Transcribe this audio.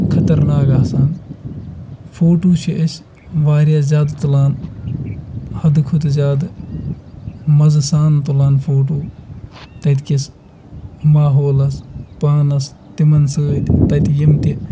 خطرناک آسان فوٹوٗ چھِ أسۍ واریاہ زیادٕ تُلان حَدٕ کھۄتہٕ زیادٕ مَزٕ سان تُلان فوٹوٗ تَتہِ کِس ماحولَس پانَس تِمَن سۭتۍ تَتہِ یِم تہِ